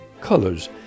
colors